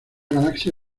galaxia